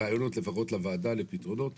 לפחות רעיונות לוועדה לפתרונות